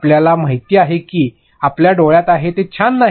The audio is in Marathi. आपल्याला माहिती आहे की हे आपल्या डोळ्यात आहे ते छान नाही